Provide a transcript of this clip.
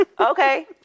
Okay